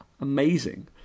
amazing